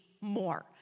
more